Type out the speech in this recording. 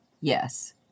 yes